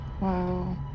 Wow